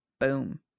Boom